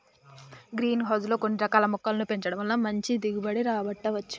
green house లో కొన్ని రకాల మొక్కలను పెంచడం వలన మంచి దిగుబడి రాబట్టవచ్చు